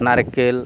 নারকেল